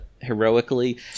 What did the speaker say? heroically